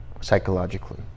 psychologically